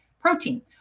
protein